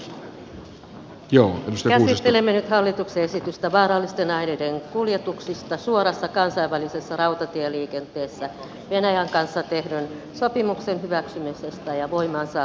käsittelemme nyt hallituksen esitystä vaarallisten aineiden kuljetuksista suorassa kansainvälisessä rautatieliikenteessä venäjän kanssa tehdyn sopimuksen hyväksymisestä ja voimaasaattamisesta